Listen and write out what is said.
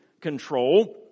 control